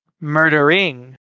Murdering